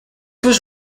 was